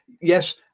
yes